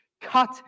cut